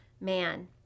man